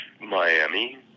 Miami